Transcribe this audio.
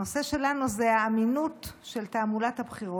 הנושא שלנו הוא האמינות של תעמולת הבחירות.